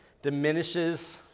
diminishes